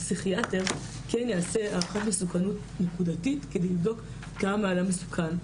הפסיכיאטר כן יעשה הערכת מסוכנות נקודתית כדי לבדוק כמה האדם מסוכן.